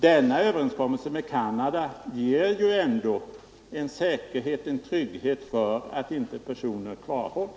Denna överenskommelse med Canada ger en säkerhet för att inte personer kvarhålls.